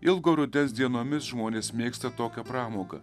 ilgo rudens dienomis žmonės mėgsta tokią pramogą